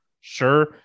sure